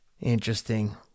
interesting